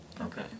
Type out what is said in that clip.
Okay